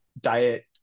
diet